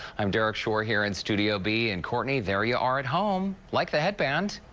i'm derrick shore here in studio b and courtney, there you are at home. like the headband.